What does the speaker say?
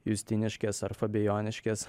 justiniškės ar fabijoniškės